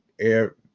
air